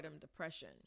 depression